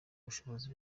bushobozi